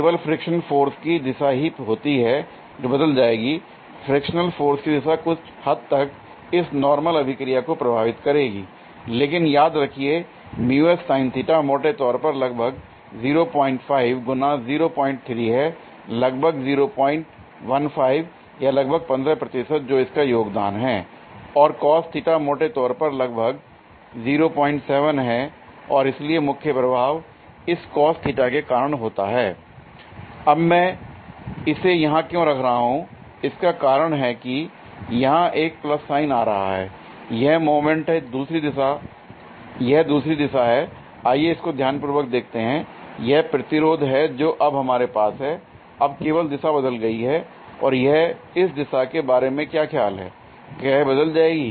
केवल frictional force की दिशा ही होती है जो बदल जाएगी l फ्रिक्शनल फोर्स की दिशा कुछ हद तक इस नॉर्मल अभिक्रिया को प्रभावित करेगी l लेकिन याद रखिएमोटे तौर पर लगभग 05 गुना 03 है लगभग 015 या लगभग 15 प्रतिशत जो इसका योगदान हैं l और cos θ मोटे तौर पर लगभग 07 है और इसलिए मुख्य प्रभाव इस cos θ के कारण होता है l अब मैं इसे यहां क्यों रख रहा हूं इसका कारण है कि यहां एक प्लस साइन आ रहा है यह मोमेंट यह दूसरी दिशा है l आइए इस को ध्यान पूर्वक देखते हैं l यह प्रतिरोध है जो अब हमारे पास है l अब केवल दिशा बदल गई है और यह इस दिशा के बारे में क्या ख्याल है क्या यह बदल जाएगी